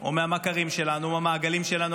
או מהמכרים שלנו או מהמעגלים שלנו,